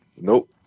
Nope